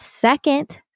second